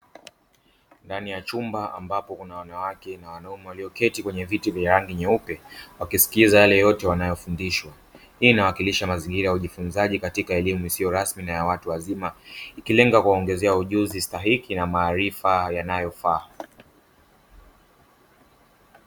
Ndani ya chumba ambapo kuna wanawake na wanaume walioketi kwenye viti venye rangi nyeupe, wakisikiliza yale yote wanachofundishwa. Hii inawakilisha mazingira ya ujifunzaji katika elimu isiyo rasmi na ya watu wazima ikilenga kuwaongezea ujuzi stahiki na maarifa yanayofaa.